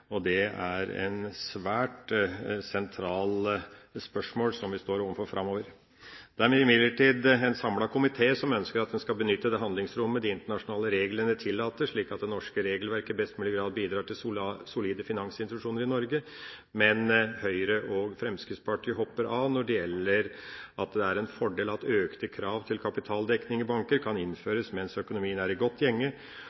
dette. Det er et svært sentralt spørsmål som vi står overfor framover. Det er imidlertid en samlet komité som ønsker at en skal benytte det handlingsrommet de internasjonale reglene tillater, slik at det norske regelverket i størst mulig grad bidrar til solide finansinstitusjoner i Norge, men Høyre og Fremskrittspartiet hopper av når det gjelder at det er en fordel at økte krav til kapitaldekning i banker kan